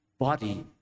body